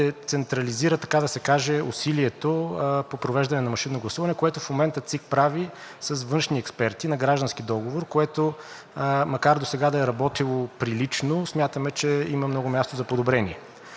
ще централизира така да се каже, усилието по провеждане на машинно гласуване, което в момента ЦИК прави с външни експерти на граждански договор, което макар досега да е работило прилично, смятаме, че има много място за подобрение.